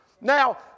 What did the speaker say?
Now